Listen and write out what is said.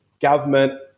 government